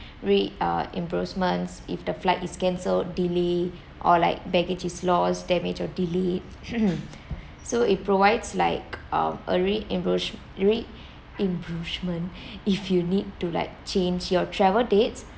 re~ err imbursements if the flight is canceled delay or like baggage is lost damaged or delayed so it provides like um a reimburs~ reimbursement if you need to like change your travel dates